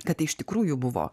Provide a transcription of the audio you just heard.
kad iš tikrųjų buvo